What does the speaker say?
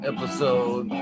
episode